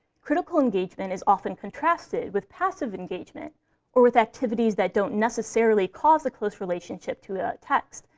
critical engagement is often contrasted with passive engagement or with activities that don't necessarily cause a close relationship to a text,